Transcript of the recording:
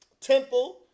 temple